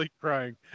crying